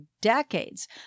decades